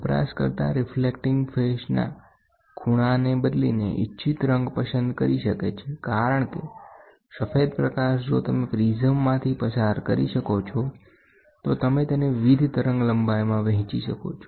વપરાશકર્તા રીફલેક્ટિંગ ફેસના ખૂણાને બદલીને ઇચ્છિત રંગ પસંદ કરી શકે છે કારણ કે સફેદ પ્રકાશ જો તમે પ્રિઝમમાંથી પસાર કરી શકો છો તો તમે તેને વિવિધ તરંગલંબાઇમાં વહેંચી શકો છો